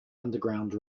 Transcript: underground